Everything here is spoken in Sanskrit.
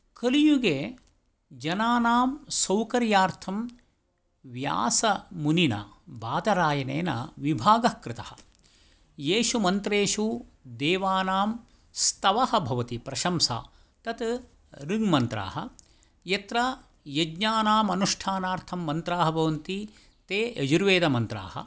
कलियुगे जनानां सौकार्यार्थं व्यासमुनिना वादरायणेन विभागः कृतः एषु मन्त्रेषु देवानां स्तवः भवति प्रशंसा तद् ऋग्मन्त्राः यत्र यज्ञानाम् अनुष्ठानार्थं मन्त्राः भवन्ति ते यजुर्वेदः मन्त्राः